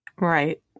Right